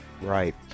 Right